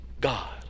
God